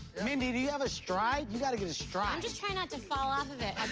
mindy, do you have a stride? you gotta get a stride. i'm just trying not to fall off of it